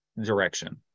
direction